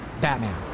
Batman